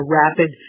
rapid